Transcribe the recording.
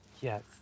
Yes